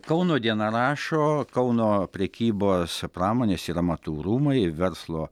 kauno diena rašo kauno prekybos pramonės ir amatų rūmai verslo